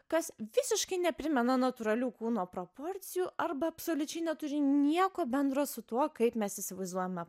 kas visiškai neprimena natūralių kūno proporcijų arba absoliučiai neturi nieko bendro su tuo kaip mes įsivaizduojame